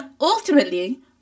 ultimately